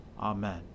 Amen